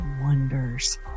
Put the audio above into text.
wonders